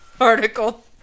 Article